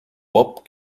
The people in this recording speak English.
bob